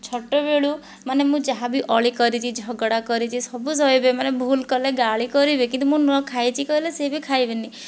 ଛୋଟବେଳୁ ମାନେ ମୁଁ ଯାହା ବି ଅଳି କରିଛି ଝଗଡ଼ା କରିଛି ସବୁ ସହିବେ ମାନେ ଭୁଲ୍ କଲେ ଗାଳି କରିବେ କିନ୍ତୁ ମୁଁ ନଖାଇଛି କହିଲେ ସିଏ ବି ଖାଇବେ ନାହିଁ